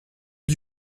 d’y